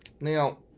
Now